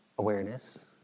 Awareness